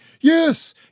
Yes